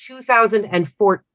2014